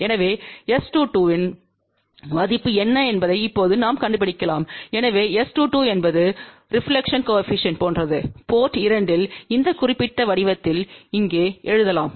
எனவே S22இன் மதிப்பு என்ன என்பதை இப்போது நாம் கண்டுபிடிக்கலாம் எனவே S22என்பதுரெப்லக்க்ஷன் கோஏபிசிஎன்ட் போன்றது போர்ட் 2 இல் இந்த குறிப்பிட்ட வடிவத்தில் இங்கே எழுதலாம்